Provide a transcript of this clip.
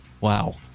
Wow